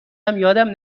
یادم